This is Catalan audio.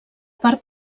part